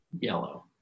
yellow